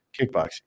kickboxing